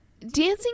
dancing